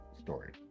story